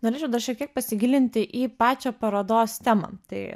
norėčiau dar šiek tiek pasigilinti į pačią parodos temą tai